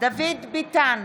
דוד ביטן,